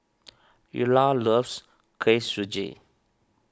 Illa loves Kuih Suji